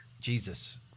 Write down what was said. Jesus